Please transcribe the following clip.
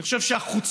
אני חושב שהחוצפה